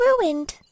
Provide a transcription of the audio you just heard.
ruined